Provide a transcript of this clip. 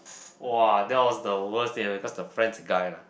!wah! that was the worst date because the friend's a guy lah